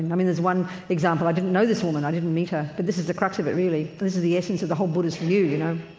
and i mean there's one example, i didn't know this woman, i didn't meet her, but this is the crux of it really, this is the essence of the whole buddhist view, you know.